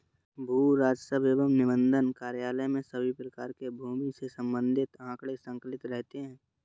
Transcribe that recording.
भू राजस्व एवं निबंधन कार्यालय में सभी प्रकार के भूमि से संबंधित आंकड़े संकलित रहते हैं